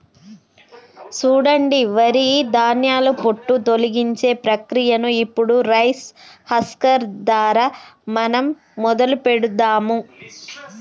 సూడండి వరి ధాన్యాల పొట్టు తొలగించే ప్రక్రియను ఇప్పుడు రైస్ హస్కర్ దారా మనం మొదలు పెడదాము